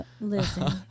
Listen